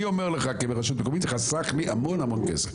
אני אומר לך כרשות מקומית זה חסך לי המון המון כסף.